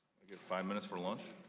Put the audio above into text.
we get five minutes for lunch?